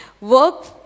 Work